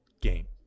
game